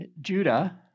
Judah